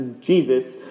Jesus